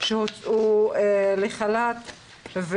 שהוצאו לחל"ת.